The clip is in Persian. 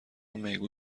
میگو